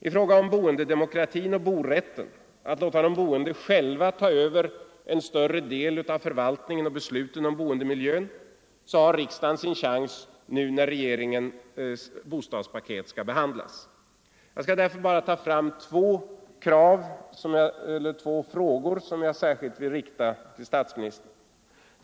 I fråga om boendedemokratin och borätten — att låta de boende boendemiljön — har riksdagen sin chans nu när regeringens bostadspaket jälva ta över en större del av förvaltningen och besluten om skall behandlas. Jag skall därför nu bara ta fram två frågor som jag särskilt vill rikta statsministerns uppmärksamhet på.